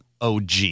OG